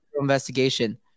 investigation